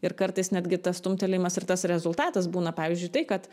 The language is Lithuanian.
ir kartais netgi tas stumtelėjimas ir tas rezultatas būna pavyzdžiui tai kad